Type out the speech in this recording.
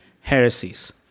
heresies